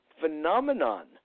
phenomenon